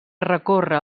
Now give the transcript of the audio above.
recorre